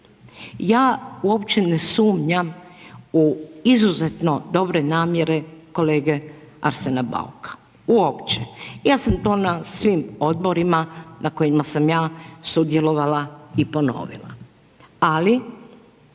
Ja uopće ne sumnjam u izuzetno dobre namjere kolege Arsena Bauka, uopće. Ja sam to na svim odborima na kojima sam ja sudjelovala i ponovila. Ali